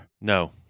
No